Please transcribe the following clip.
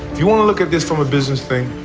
you want to look at this from a business thing,